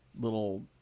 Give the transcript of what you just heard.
little